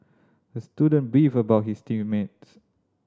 the student beefed about his team mates